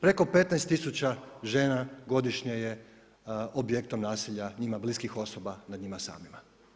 Preko 15 tisuća žena godišnje je objektom nasilja njima bliskih osoba nad njima samima.